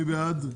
הצבעה בעד,